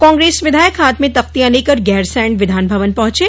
कांग्रेस विधायक हाथ में तख्तियां लेकर गैरसैंण विधानभवन पहंचे